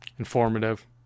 informative